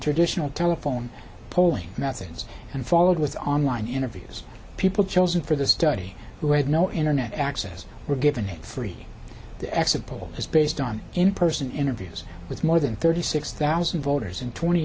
traditional telephone polling methods and followed with online interviews people chosen for the study who had no internet access were given a free to exit poll is based on in person interviews with more than thirty six thousand voters in twenty